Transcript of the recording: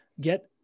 get